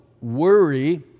worry